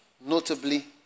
notably